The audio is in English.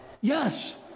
Yes